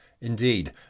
indeed